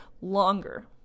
longer